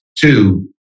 Two